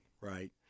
Right